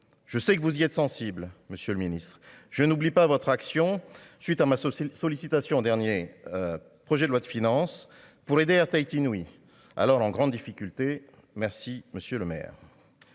je sais que vous y êtes sensible, monsieur le Ministre, je n'oublie pas votre réaction suite à m'associer sollicitations dernier projet de loi de finances pour aider Air Tahiti Nui alors en grande difficulté, merci monsieur Lemaire.